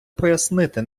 пояснити